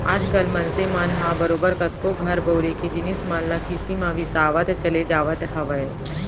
आज कल मनसे मन ह बरोबर कतको घर बउरे के जिनिस मन ल किस्ती म बिसावत चले जावत हवय